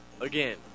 Again